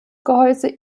gehäuse